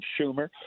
Schumer